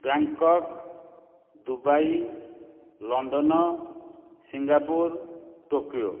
Bangkok Dubai London Singapore Tokyo